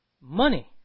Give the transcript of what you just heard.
money